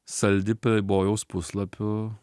saldi pleibojaus puslapių